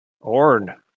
Orn